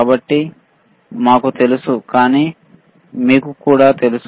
కాబట్టి మాకు తెలుసు కానీ మీకు కూడా తెలుసు